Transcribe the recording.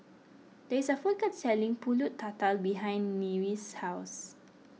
there is a food court selling Pulut Tatal behind Nyree's house